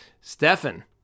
Stefan